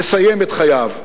לסיים את חייו.